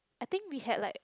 I think we had like